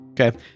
Okay